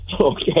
okay